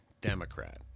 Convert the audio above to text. democrat